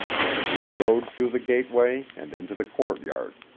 then he rode through the gateway and into the courtyard,